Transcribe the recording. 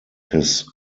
his